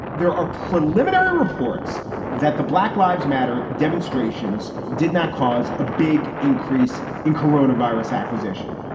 there are preliminary reports that the black lives matter demonstrations did not cause a big increase in corona virus acquisition.